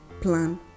plan